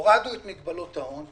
הורדנו את מגבלות ההון,